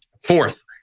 Fourth